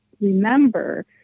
remember